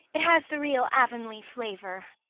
it has the real avonlea flavor.